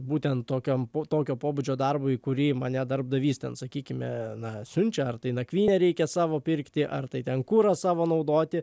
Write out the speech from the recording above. būtent tokiam po tokio pobūdžio darbui į kurį mane darbdavys ten sakykime na siunčia ar tai nakvynę reikia savo pirkti ar tai ten kuro savo naudoti